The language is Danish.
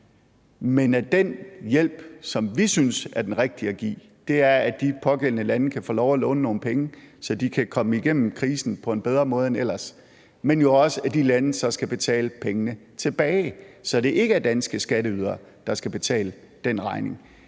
Men den hjælp, som vi synes er den rigtige at give, er, at de pågældende lande kan få lov at låne nogle penge, så de kan komme igennem krisen på en bedre måde end ellers. Men det betyder jo også, at de lande så skal betale pengene tilbage, så det ikke er danske skatteydere, der skal betale den regning.